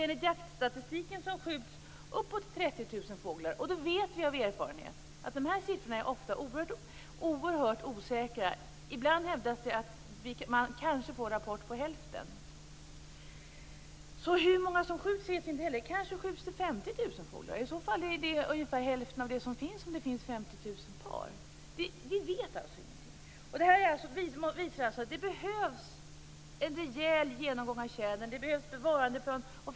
Enligt jaktstatistiken skjuts uppåt 30 000 fåglar. Vi vet av erfarenhet att dessa siffror ofta är oerhört osäkra. Ibland hävdas det att man kanske får rapport på hälften. Hur många som skjuts vet vi alltså inte heller. Kanske skjuts det 50 000 fåglar. I så fall är det ungefär hälften av det som finns om det finns 50 000 par. Vi vet ingenting. Det visar att det behövs en rejäl genomgång av tjädern. Det behövs en bevarandeplan.